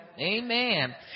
Amen